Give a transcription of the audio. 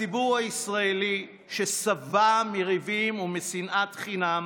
הציבור הישראלי, ששבע מריבים ומשנאת חינם,